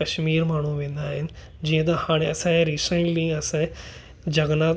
कश्मीर माण्हू वेंदा आहिनि जीअं त हाणे असांजे रिसेंटली जगन्नाथ